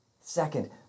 Second